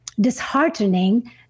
disheartening